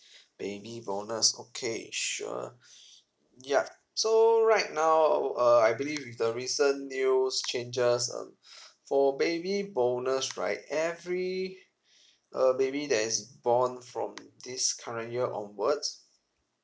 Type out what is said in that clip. baby bonus okay sure yup so right now uh I believe with the recent news changes uh for baby bonus right every uh baby that is born from this current year onwards